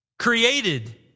created